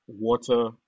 water